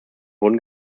wurden